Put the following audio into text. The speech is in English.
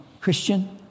Christian